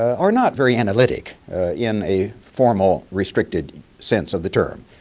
are not very analytic in a formal, restricted sense of the term.